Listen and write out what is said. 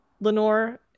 lenore